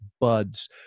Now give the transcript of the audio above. Buds